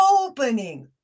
Opening